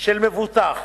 של מבוטח,